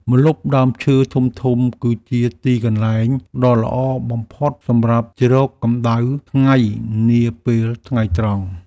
ម្លប់ដើមឈើធំៗគឺជាទីកន្លែងដ៏ល្អបំផុតសម្រាប់ជ្រកកម្តៅថ្ងៃនាពេលថ្ងៃត្រង់។